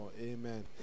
Amen